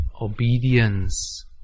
obedience